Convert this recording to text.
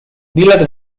bilet